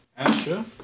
Asha